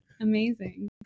amazing